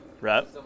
Right